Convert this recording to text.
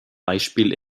beispiel